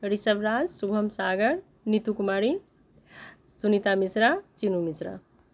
Rishabh Raj Subham Sagar Neetu Kumari Sunita Mishra Chinu Mishra